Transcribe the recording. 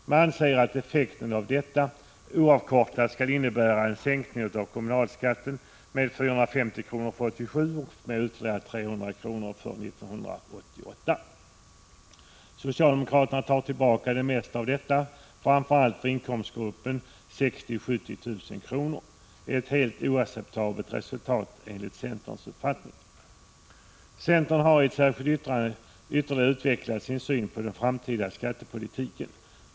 men anser att effekten av detta skall, oavkortat, innebära en sänkning av kommunalskatten med 450 kr. för 1987 och med ytterligare 300 kr. för 1988. Socialdemokraterna tar tillbaka det mesta av denna effekt, framför allt för inkomsttagare i inkomstgruppen 60 000-70 000 kr. Detta är enligt centerns uppfattning ett helt oacceptabelt resultat. Centern har i ett särskilt yttrande ytterligare utvecklat sin syn på den framtida skattepolitiken.